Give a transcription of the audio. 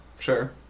Sure